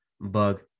bug